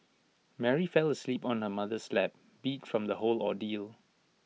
Mary fell asleep on her mother's lap beat from the whole ordeal